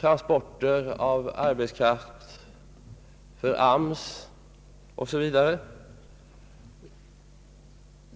transport av arbetskraft för AMS 0. s. v.